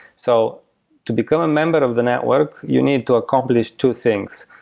so to become a member of the network, you need to accomplish two things.